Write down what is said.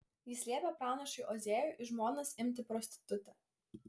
jis liepia pranašui ozėjui į žmonas imti prostitutę